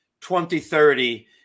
2030